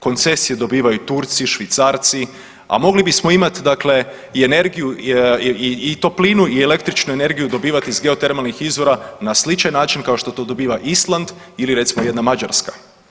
Koncesije dobivaju Turci, Švicarci a mogli bismo imat dakle i energiju i toplinu i električnu energiju dobivat iz geotermalnih izvora na sličan način kao što to dobiva Island ili recimo jedna Mađarska.